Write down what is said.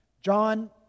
John